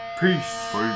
Peace